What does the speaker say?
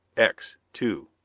x. two.